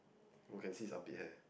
oh can see his armpit hair